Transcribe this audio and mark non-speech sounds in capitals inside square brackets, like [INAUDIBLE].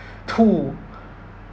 [BREATH] tool [BREATH]